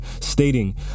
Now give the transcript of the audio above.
stating